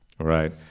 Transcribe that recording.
right